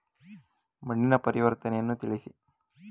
ಮಣ್ಣಿನ ಪರಿವರ್ತನೆಯನ್ನು ತಿಳಿಸಿ?